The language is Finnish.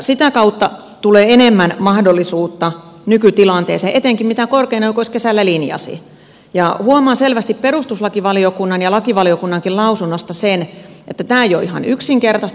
sitä kautta tulee enemmän mahdollisuutta nykytilanteeseen etenkin sen suhteen mitä korkein oikeus kesällä linjasi ja huomaa selvästi perustuslakivaliokunnan ja lakivaliokunnankin lausunnosta sen että tämä ei ole ihan yksinkertaista